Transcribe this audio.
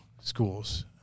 schools